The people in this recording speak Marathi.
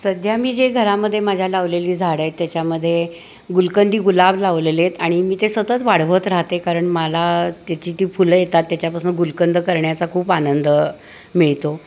सध्या मी जे घरामध्ये माझ्या लावलेली झाडं आहेत त्याच्यामधे गुलकंदी गुलाब लावलेलेत आणि मी ते सतत वाढवत राहते कारण मला त्याची जी फुलं येतात त्याच्यापासून गुलकंद करण्याचा खूप आनंद मिळतो